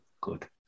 good